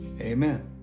Amen